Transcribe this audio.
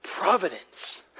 providence